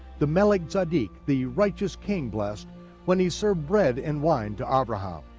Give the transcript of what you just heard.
the melech tzedek, the righteous king blessed when he served bread and wine to abraham.